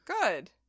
Good